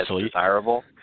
desirable